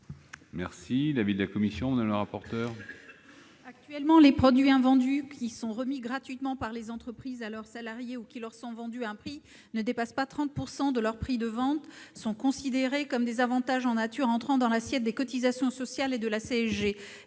est l'avis de la commission ? Actuellement, les produits invendus qui sont remis gratuitement par les entreprises à leurs salariés ou qui leur sont vendus à un prix ne dépassant pas 30 % de leur prix de vente sont considérés comme des avantages en nature entrant dans l'assiette des cotisations sociales et de la CSG.